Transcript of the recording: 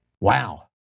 Wow